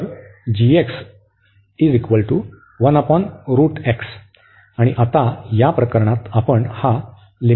तर आणि आता या प्रकरणात आपण हा घेऊ